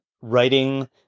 writing